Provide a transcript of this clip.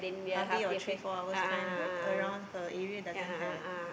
half day or three four hours kind right around her area doesn't have